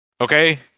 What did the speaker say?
okay